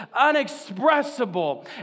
unexpressible